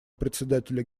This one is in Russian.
председателя